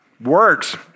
Works